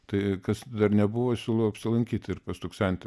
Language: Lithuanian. tai kas dar nebuvo siūlau apsilankyti ir pastuksent